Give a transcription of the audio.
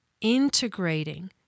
integrating